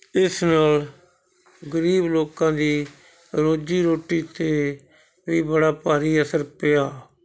ਇਸ ਨਾਲ ਗਰੀਬ ਲੋਕਾਂ ਦੀ ਰੋਜੀ ਰੋਟੀ 'ਤੇ ਵੀ ਬੜਾ ਭਾਰੀ ਅਸਰ ਪਿਆ